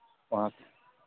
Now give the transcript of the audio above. वहाँ से